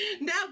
Now